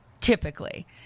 typically